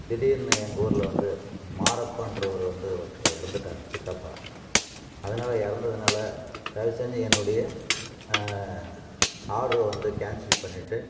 திடீர்னு எங்கூர்ல வந்து மாரப்பன்றவர் வந்து ஒருத்தர் இறந்துட்டாரு சித்தப்பா அதனால இறந்ததுனால தயவுசெஞ்சு என்னுடைய ஆர்ட்ரை வந்து கேன்சல் பண்ணிட்டு